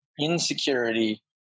insecurity